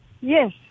Yes